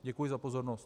Děkuji za pozornost.